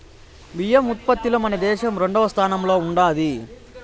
బియ్యం ఉత్పత్తిలో మన దేశం రెండవ స్థానంలో ఉండాది